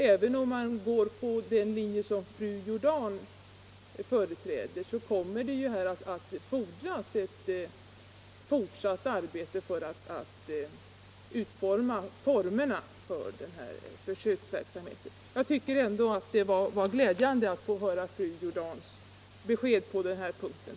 Även om man följer den linje som fru Jordan företräder kommer det här att fordras ett fortsatt arbete med att närmare utforma försöksverksamheten. Jag tycker ändå att fru Jordans besked på den här punkten var glädjande och klarläggande för den fortsatta debatten.